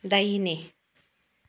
दाहिने